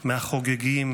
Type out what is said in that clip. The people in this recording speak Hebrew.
מהחוגגים,